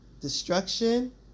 destruction